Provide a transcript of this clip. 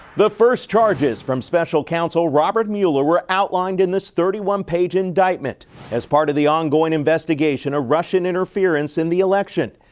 the first charges from special counsel robert mueller were outlined in this thirty one page indictment as part of the ongoing investigation of russian interference in the election.